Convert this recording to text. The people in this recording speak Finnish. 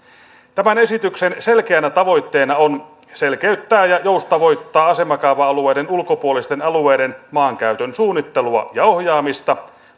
tämän esityksen selkeänä tavoitteena on selkeyttää ja joustavoittaa asemakaava alueiden ulkopuolisten alueiden maankäytön suunnittelua ja ohjaamista